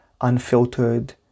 unfiltered